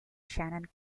shannon